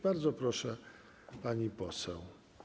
Bardzo proszę, pani poseł.